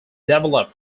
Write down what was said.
develop